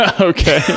Okay